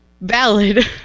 valid